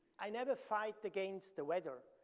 i never fight against the weather.